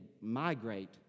migrate